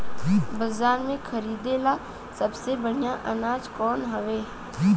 बाजार में खरदे ला सबसे बढ़ियां अनाज कवन हवे?